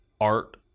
art